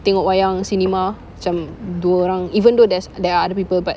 tengok wayang cinema macam dua orang even though there's there are other people but